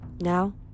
Now